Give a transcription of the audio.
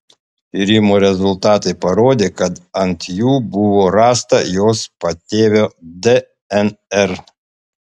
tyrimo rezultatai parodė kad ant jų buvo rasta jos patėvio dnr